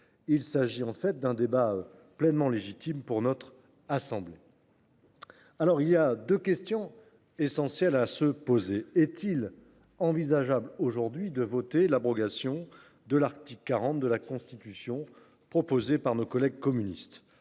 Il s’agit de fait d’un débat pleinement légitime pour notre assemblée. Deux questions essentielles doivent être posées. Est il envisageable de voter l’abrogation de l’article 40 de la Constitution proposée par nos collègues communistes ?